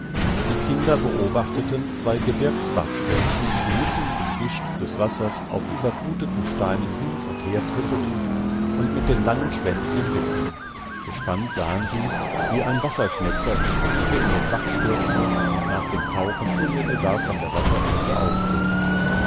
die kinder beobachteten zwei gebirgsbachstelzen die mitten im gischt des wassers auf überfluteten steinen hin und her trippelten und mit den langen schwänzchen wippten gespannt sahen sie wie ein wasserschmätzer im fluge in den bach stürzte und nach dem tauchen unmittelbar von der wasserfläche aufflog